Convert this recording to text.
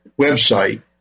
website